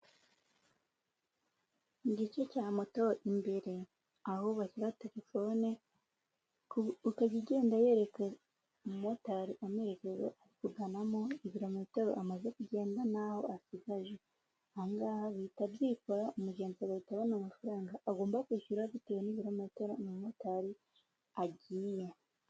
Mugice cya moto imbere ahu bashyira telefone ukabigenda yereka umumotarimizero avuganamo ibirometero amaze kugenda bitewe naho asigaje bihita byikora umugenzi bahita abona amafaranga agomba kwishyura bitewe n'ibirometero umumotari agiye.